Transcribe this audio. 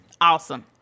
awesome